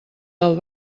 del